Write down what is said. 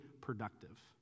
productive